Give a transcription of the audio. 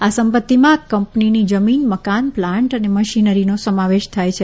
આ સંપત્તિમાં કંપનીની જમીન મકાન પ્લાન્ટ અને મશીનરીનો સમાવેશ થાય છે